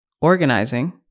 organizing